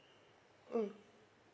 mm